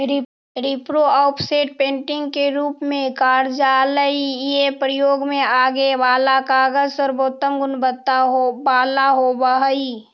repro, offset, printing के रूप में कार्यालयीय प्रयोग में आगे वाला कागज सर्वोत्तम गुणवत्ता वाला होवऽ हई